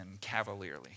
cavalierly